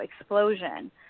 explosion